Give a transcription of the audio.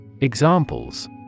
Examples